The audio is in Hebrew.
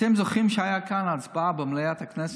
אתם זוכרים שהייתה כאן הצבעה במליאת הכנסת,